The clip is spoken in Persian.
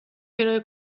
کرایه